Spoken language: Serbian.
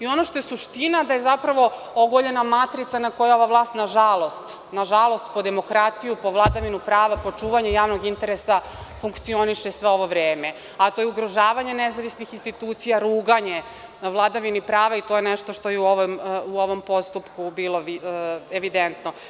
Ono što je suština, da je zapravo ogoljena matrica koju ova vlast, nažalost, nažalost po demokratiju, po vladavinu prava, po čuvanju javnog interesa, funkcioniše sve ovo vreme, a to je ugrožavanje nezavisnih institucija, ruganje vladavini prava i to je nešto što je u ovom postupku bilo evidentno.